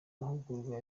mahugurwa